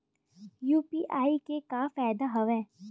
UPI के का फ़ायदा हवय?